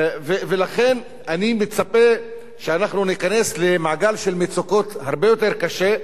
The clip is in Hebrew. ולכן אני צופה שאנחנו ניכנס למעגל של מצוקות הרבה יותר קשה.